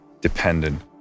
dependent